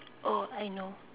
oh I know